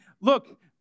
look